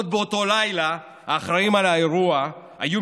עוד באותו לילה האחראים לאירוע היו